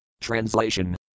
Translation